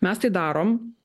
mes tai darom